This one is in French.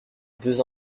deux